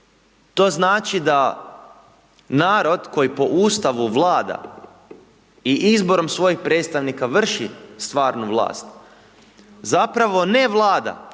To znači da, narod, koji po Ustavu vlada i izborom svojih predstavnika vrši stvarnu vlast, zapravo ne vlada,